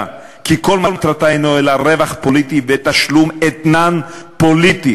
שכל מטרתה אינו אלא רווח פוליטי ותשלום אתנן פוליטי